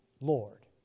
Lord